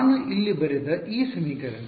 ನಾನು ಇಲ್ಲಿ ಬರೆದ ಈ ಸಮೀಕರಣ